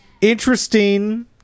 interesting